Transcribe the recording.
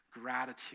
gratitude